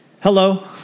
Hello